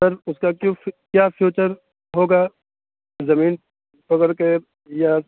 سر اس کا کوسٹ کیا فیچر ہوگا زمین پکڑ کے یا